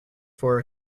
for